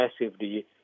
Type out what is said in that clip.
massively